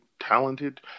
talented